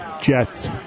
Jets